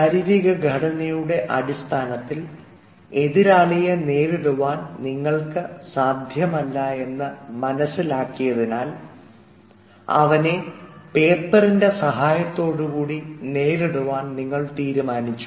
ശാരീരിക ഘടനയുടെ അടിസ്ഥാനത്തിൽ എതിരാളിയെ നേരിടുവാൻ നിങ്ങൾക്ക് സാധ്യമല്ല എന്ന് മനസ്സിലാക്കിതിനാൽ അവനെ പേപ്പറിൻറെ സഹായത്തോടുകൂടി നേരിടുവാൻ നിങ്ങൾ തീരുമാനിച്ചു